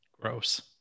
Gross